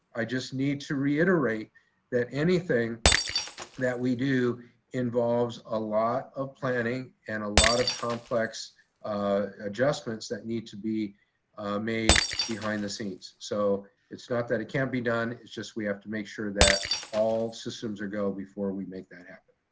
i just need to reiterate that anything that we do involves a lot of planning and a lot of complex adjustments that need to be made behind the scenes. so it's not that it can't be done. it's just we have to make sure that all systems are go before we make that happen.